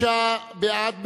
36 בעד,